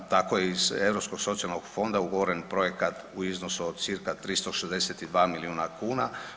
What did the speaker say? Tako je iz Europskog socijalnog fonda ugovoren projekat u iznosu od cca. 362 milijuna kuna.